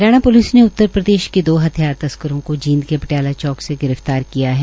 Haryana police ने उत्तरप्रदेश के दो हथियार तस्करों को जींद के पटियाला चौक से गिरफतार किये हैं